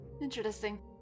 Interesting